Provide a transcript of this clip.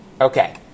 Okay